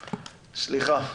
שלום.